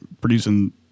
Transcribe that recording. producing